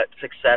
success